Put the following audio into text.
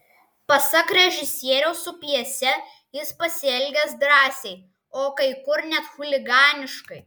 pasak režisieriaus su pjese jis pasielgęs drąsiai o kai kur net chuliganiškai